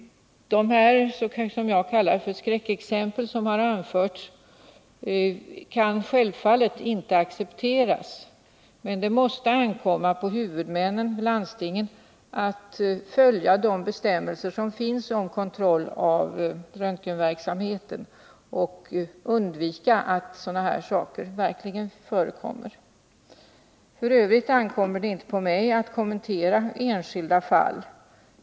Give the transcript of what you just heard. De, som jag kallar dem, skräckexempel som har anförts kan självfallet inte accepteras, men det måste ankomma på huvudmännen, landstingen, att följa de bestämmelser som finns om kontroll av röntgenverksamheten och undvika att sådana här saker verkligen förekommer. F. ö. ankommer inte på mig att kommentera enskilda fall.